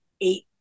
eight